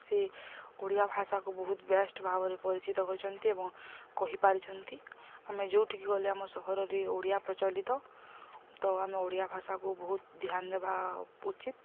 ସେ ଓଡ଼ିଆ ଭାଷାକୁ ବହୁତ ବେଷ୍ଟ୍ ଭାବରେ ପରିଚିତ କରିଛନ୍ତି ଏବଂ କହିପାରିଛନ୍ତି ଆମେ ଯେଉଁଠିକୁ ଗଲେ ଆମ ସହରରେ ଓଡ଼ିଆ ପ୍ରଚଳିତ ତ ଆମେ ଓଡ଼ିଆ ଭାଷାକୁ ବହୁତ ଧ୍ୟାନ ଦେବା ଉଚିତ୍